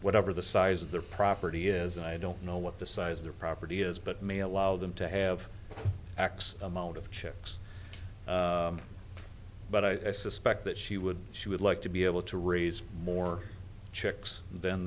whatever the size of their property is and i don't know what the size of the property is but may allow them to have x amount of chips but i suspect that she would she would like to be able to raise more checks than